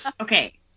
Okay